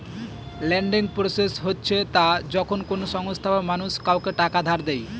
lending process হচ্ছে তা যখন কোনো সংস্থা বা মানুষ কাউকে টাকা ধার দেয়